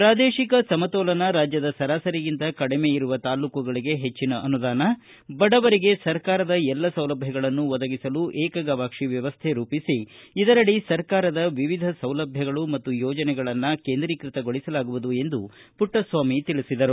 ಪ್ರಾದೇಶಿಕ ಸಮತೋಲನ ರಾಜ್ಯದ ಸರಾಸರಿಗಿಂತ ಕಡಿಮೆ ಇರುವ ತಾಲ್ಲೂಕುಗಳಿಗೆ ಹೆಚ್ಚಿನ ಅನುದಾನ ಬಡವರಿಗೆ ಸರ್ಕಾರದ ಎಲ್ಲ ಸೌಲಭ್ಯಗಳನ್ನು ಒದಗಿಸಲು ಏಕಗವಾಕ್ಷಿ ವ್ಯವಸ್ಥೆ ರೂಪಿಸಿ ಇದರಡಿ ಸರ್ಕಾರದ ವಿವಿಧ ಸೌಲಭ್ವಗಳನ್ನು ಮತ್ತು ಯೋಜನೆಗಳನ್ನು ಕೇಂದ್ರಿಕೃತಗೊಳಿಸಲಾಗುವುದು ಎಂದು ಪುಟಸ್ವಾಮಿ ತಿಳಿಸಿದರು